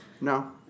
No